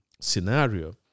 scenario